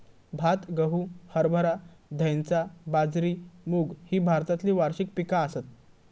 भात, गहू, हरभरा, धैंचा, बाजरी, मूग ही भारतातली वार्षिक पिका आसत